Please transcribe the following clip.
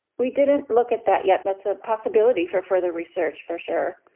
we didn't look at that yet, that's a possibility for further research for sure.